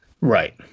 Right